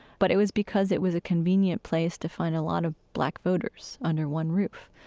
but it was because it was a convenient place to find a lot of black voters under one roof,